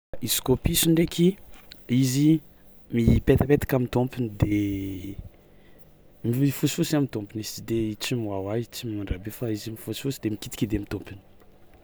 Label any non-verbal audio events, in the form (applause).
Izy koa piso ndraiky, izy, mipaitapaitaka amin'ny tômpiny de (hesitation) mifosifosy amin'ny tômpiny izy tsy de- tsy mihoàhoà izy, tsy mandrahabe fa izy mifosifosy de mikidikidy amin'ny tômpiny.